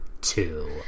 two